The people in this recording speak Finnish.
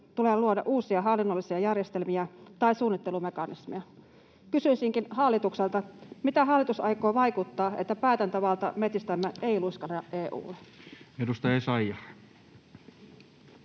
tule luoda uusia hallinnollisia järjestelmiä tai suunnittelumekanismeja. Kysyisinkin hallitukselta: miten hallitus aikoo vaikuttaa, että päätäntävalta metsistämme ei luiskahda EU:lle? [Speech 35]